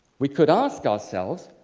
we could ask ourselves,